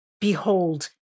behold